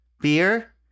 beer